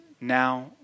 now